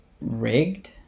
Rigged